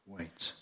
Wait